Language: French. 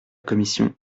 commission